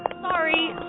Sorry